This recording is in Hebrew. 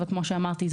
וכמו שאמרתי,